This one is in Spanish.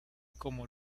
como